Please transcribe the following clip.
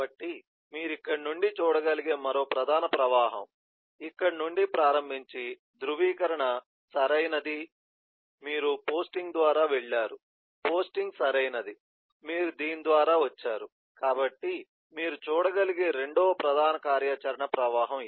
కాబట్టి మీరు ఇక్కడ నుండి చూడగలిగే మరో ప్రధాన ప్రవాహం ఇక్కడ నుండి ప్రారంభించి ధ్రువీకరణ సరైనది మీరు పోస్టింగ్ ద్వారా వెళ్ళారు పోస్టింగ్ సరైనది మీరు దీని ద్వారా వచ్చారు కాబట్టి మీరు చూడగలిగే రెండవ ప్రధాన కార్యాచరణ ప్రవాహం